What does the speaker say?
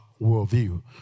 worldview